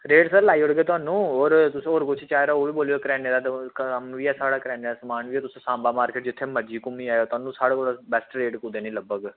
rate sir लाई ओड़गे थाह्नूं होर किश चाहिदा होग ते सनाओ साढ़ा किराना दा कम्म बी ऐ सांबा मार्किट तुस जित्थें मर्जी घुम्मी आओ साढ़ा बेस्ट रेट थाह्नूं कुदै निं लब्भग